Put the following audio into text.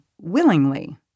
willingly